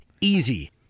easy